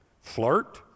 Flirt